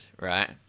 right